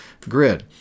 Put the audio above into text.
grid